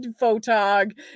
photog